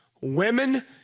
women